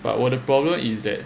but 我的 problem is that